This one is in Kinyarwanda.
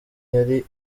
yari